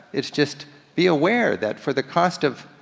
it's just be aware that for the cost of